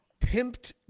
pimped